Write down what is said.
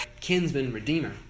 kinsman-redeemer